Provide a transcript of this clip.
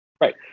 Right